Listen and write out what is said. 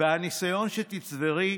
בניסיון שתצברי,